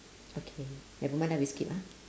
okay nevermind lah we skip ah